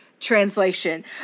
Translation